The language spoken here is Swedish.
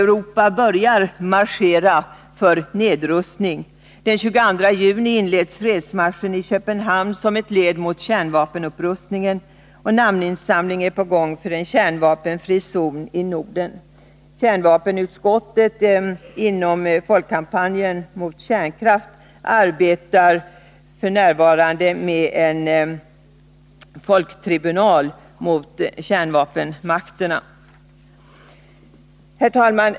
Europa börjar marschera — för nedrustning. Den 22 juni inleds fredsmarschen i Köpenhamn som ett led mot kärnvapenupprustningen, och namninsamling är på gång för en kärnvapenfri zon i Norden. Kärnvapenutskottet inom Folkkampanjen mot kärnkraft arbetar med en folktribunal mot kärnvapenmakterna. Herr talman!